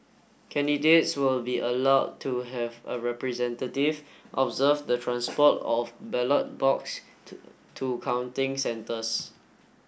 candidates will be allowed to have a representative observe the transport of ballot box to to counting centres